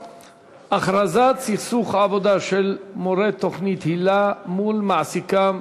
הכרזת סכסוך עבודה של מורי תוכנית היל"ה מול מעסיקם,